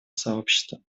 сообщества